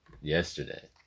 yesterday